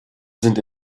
sind